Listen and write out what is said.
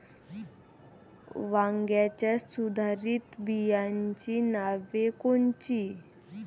वांग्याच्या सुधारित बियाणांची नावे कोनची?